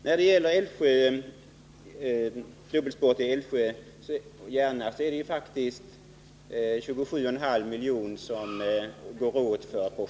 För projekteringen av dubbelspåret Älvsjö-Järna går det faktiskt åt 27,5 miljoner.